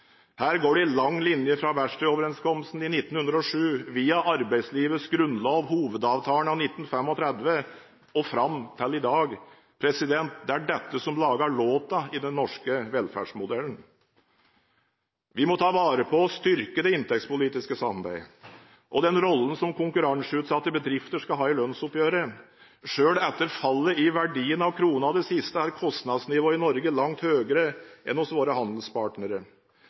Her går det en lang linje fra verkstedoverenskomsten i 1907, via arbeidslivets «grunnlov» – hovedavtalen av 1935 – og fram til i dag. Det er dette som «lager låta» i den norske velferdsmodellen. Vi må ta vare på og styrke det inntektspolitiske samarbeidet og den rollen som konkurranseutsatte bedrifter skal ha i lønnsoppgjøret. Selv etter fallet i verdien av krona i det siste, er kostnadsnivået i Norge langt høyere enn hos våre handelspartnere.